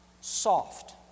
soft